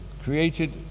created